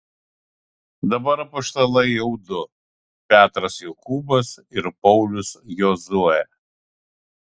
dabar apaštalai jau du petras jokūbas ir paulius jozuė